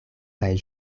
kaj